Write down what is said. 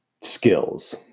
skills